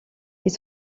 ils